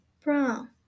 Brown